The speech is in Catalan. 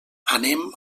anem